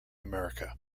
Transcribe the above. america